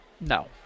no